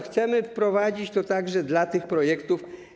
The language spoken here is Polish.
Chcemy wprowadzić to także dla tych projektów.